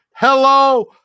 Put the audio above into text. Hello